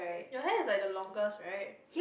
your hair is like the longest right